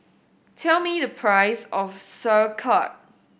tell me the price of Sauerkraut